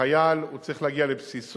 החייל, הוא צריך להגיע לבסיסו,